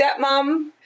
stepmom